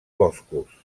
boscos